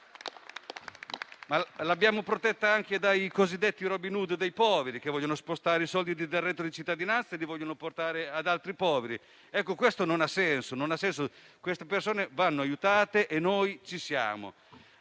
L'abbiamo protetta anche dai cosiddetti Robin Hood dei poveri, che vogliono spostare i soldi del reddito di cittadinanza e li vogliono portare ad altri poveri. Ciò non ha senso: queste persone vanno aiutate e noi ci siamo,